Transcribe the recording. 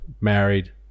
married